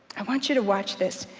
i want you to watch this.